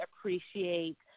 appreciate